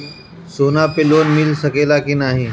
सोना पे लोन मिल सकेला की नाहीं?